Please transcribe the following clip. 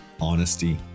honesty